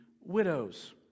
widows